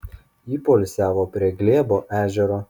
jie poilsiavo prie glėbo ežero